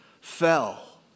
fell